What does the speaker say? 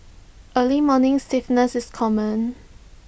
early morning stiffness is common